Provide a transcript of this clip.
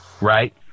right